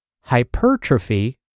hypertrophy